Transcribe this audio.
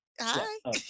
Hi